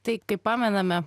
tai kaip pamename